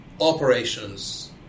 operations